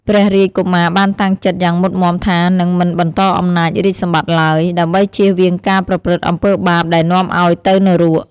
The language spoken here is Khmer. ព្រះរាជកុមារបានតាំងចិត្តយ៉ាងមុតមាំថា នឹងមិនបន្តអំណាចរាជសម្បត្តិឡើយ ដើម្បីចៀសវាងការប្រព្រឹត្តអំពើបាបដែលនាំឲ្យទៅនរក។